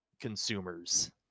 consumers